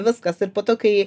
viskas ir po to kai